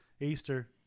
Easter